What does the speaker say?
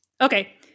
Okay